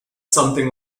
something